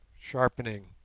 sharpening,